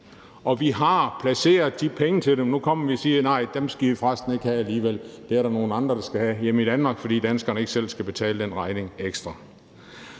Og vi har placeret de penge til dem, men nu kommer vi og siger: Nej, dem skal I for resten ikke have alligevel; der er nogle andre, der skal have dem hjemme i Danmark, for danskerne skal ikke selv betale den ekstra